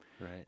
Right